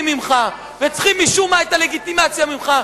ממך וצריכים אישור ואת הלגיטימציה ממך.